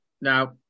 Now